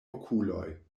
okuloj